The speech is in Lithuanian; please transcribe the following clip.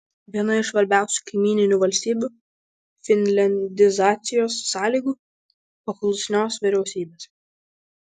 viena iš svarbiausių kaimyninių valstybių finliandizacijos sąlygų paklusnios vyriausybės